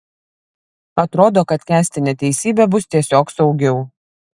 atrodo kad kęsti neteisybę bus tiesiog saugiau